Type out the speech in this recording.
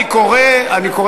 אני קורא.